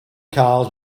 cars